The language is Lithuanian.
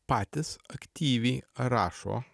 patys aktyviai rašo